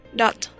dot